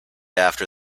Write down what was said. after